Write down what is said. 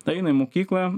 tai eina į mokyklą